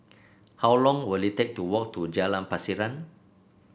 how long will it take to walk to Jalan Pasiran